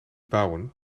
bouwen